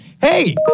Hey